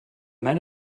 men